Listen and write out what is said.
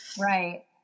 Right